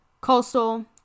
Coastal